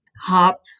hop